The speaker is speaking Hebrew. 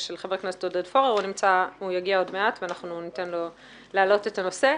של חבר הכנסת עודד פורר שעוד מעט יגיע וניתן לו להעלות את הנושא.